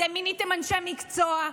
אתם מיניתם אנשי מקצוע.